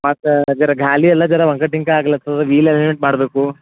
ಮತ್ತು ಅದರ ಗಾಲಿ ಎಲ್ಲ ಝರ ವಂಕಟಿಂಗ ಆಗ್ಲತ್ತದ ವೀಲ್ ಎಲಿಮೆಂಟ್ ಮಾಡ್ಬೇಕು